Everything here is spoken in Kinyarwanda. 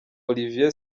olivier